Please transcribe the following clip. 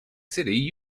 city